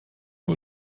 nur